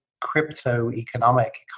crypto-economic